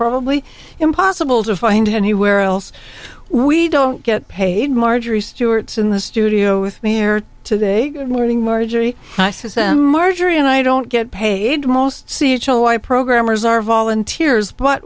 probably impossible to find anywhere else we don't get paid marjorie stewart's in the studio with me here today good morning marjorie marjorie and i don't get paid most c h a y programmers are volunteers but